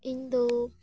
ᱤᱧ ᱫᱚ